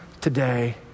today